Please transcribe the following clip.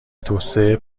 توسعه